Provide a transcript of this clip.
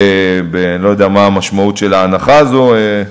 אני לא יודע מה המשמעות של האנחה הזאת,